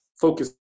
focus